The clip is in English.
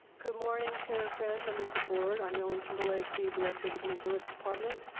good morning chair friend, members the board. i'm ellen timberlake, the director of the human services department,